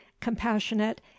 compassionate